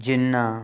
ਜਿੰਨ੍ਹਾਂ